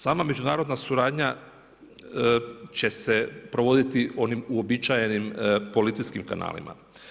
Sama međunarodna suradnja će se provoditi onim uobičajenim policijskim kanalima.